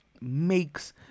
makes